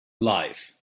life